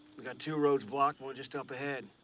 we got two roads blocked, one just up ahead.